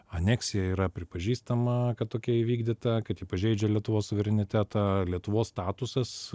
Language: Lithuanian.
aneksija yra pripažįstama kad tokia įvykdyta kad ji pažeidžia lietuvos suverenitetą lietuvos statusas